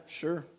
sure